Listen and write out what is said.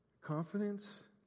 Confidence